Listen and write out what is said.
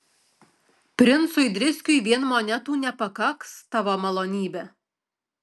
princui driskiui vien monetų nepakaks tavo malonybe